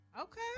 Okay